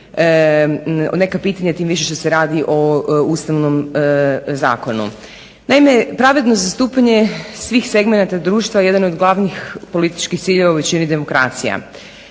neka pitanja tim više što se radi o Ustavnom zakonu. Naime, pravedno zastupanje svih segmenata društva jedan od glavnih političkih ciljeva u većini demokracija.